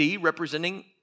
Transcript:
representing